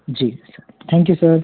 ji thank you sir